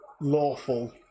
lawful